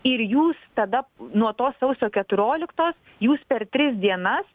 ir jūs tada nuo to sausio keturiolikto jūs per tris dienas